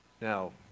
Now